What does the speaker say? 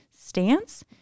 stance